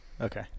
Okay